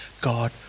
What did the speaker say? God